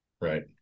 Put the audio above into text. Right